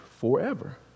forever